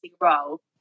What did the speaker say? role